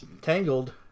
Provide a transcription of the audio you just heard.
Tangled